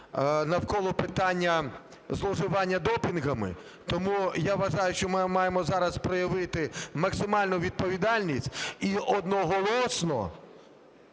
навколо питання зловживання допінгами. Тому я вважаю, що ми маємо зараз проявити максимальну відповідальність і одноголосно